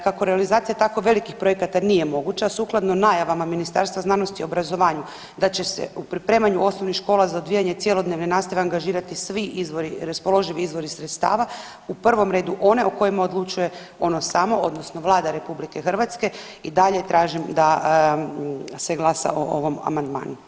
Kako realizacija tako velikih projekata nije moguća sukladno najavama Ministarstva znanosti i obrazovanja da će se u pripremanju osnovnih škola za odvijanje cjelodnevne nastave angažirati svi raspoloživi izvori sredstava, u prvom redu one u kojima odlučuje ono samo odnosno Vlada RH i dalje tražim da se glasa o ovom amandmanu.